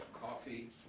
coffee